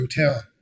hotel